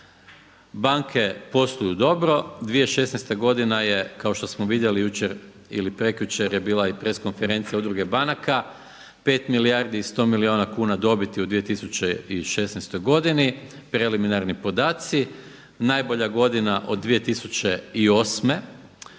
banke posluju dobro, 2016. godina je kao što smo vidjeli jučer ili prekjučer je bila i press konferencija Udruge banaka, 5 milijardi i 100 milijuna kuna dobiti u 2016. godini, preliminarni podaci, najbolja godina od 2008.